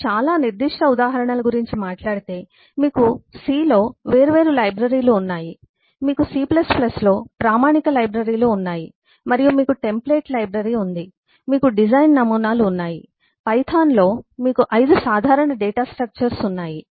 నేను చాలా నిర్దిష్ట ఉదాహరణల గురించి మాట్లాడితే మీకు C లో వేర్వేరు లైబ్రరీలు ఉన్నాయి మీకు C లో ప్రామాణిక లైబ్రరీలు ఉన్నాయి మరియు మీకు టెంప్లేట్ లైబ్రరీ ఉంది మీకు డిజైన్ నమూనాలు ఉన్నాయి పైథాన్లో మీకు 5 సాధారణ డేటా స్ట్రక్చర్స్ ఉన్నాయి